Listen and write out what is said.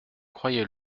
croyez